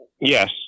yes